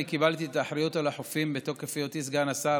אני קיבלתי את האחריות לחופים בתוקף היותי סגן השר.